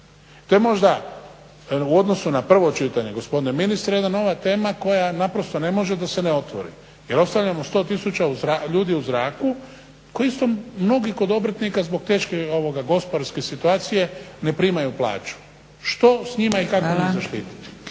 To je možda u odnosu na prvo čitanje gospodine ministre jedna nova tema koja naprosto ne može da se ne otvori. Jer ostavljamo 100 tisuća ljudi u zraku koji isto mnogi kod obrtnika zbog teške gospodarske situacije ne primaju plaću. Što s njima i kako njih zaštititi?